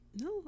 No